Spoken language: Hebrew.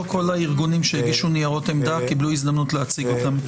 לא כל הארגונים שהגישו ניירות עמדה קיבלו הזדמנות להציג אותם.